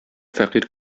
фәкыйрь